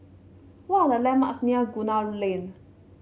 what are the landmarks near Gunner Lane